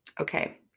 Okay